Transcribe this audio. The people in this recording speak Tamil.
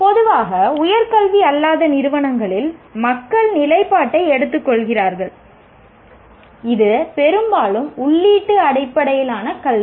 பொதுவாக உயர்கல்வி அல்லாத நிறுவனங்களில் மக்கள் நிலைப்பாட்டை எடுத்துக்கொள்கிறார்கள் இது பெரும்பாலும் உள்ளீட்டு அடிப்படையிலான கல்வி